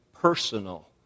personal